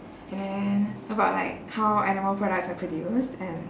and then about like how animal products are produced and